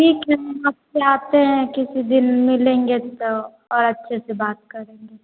ठीक हे नमस्ते आते हें किसी दिन मिलेंगे तो और अच्छे से बात करेंगे